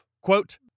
quote